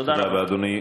תודה רבה, אדוני.